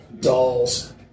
dolls